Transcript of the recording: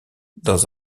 dans